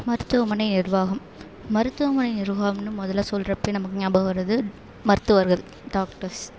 மருத்துவமனை நிர்வாகம் மருத்துவமனை நிர்வாகம்னு முதல்ல சொல்கிறப்பையே நமக்கு நியாபகம் வர்றது மருத்துவர்கள் டாக்டர்ஸ்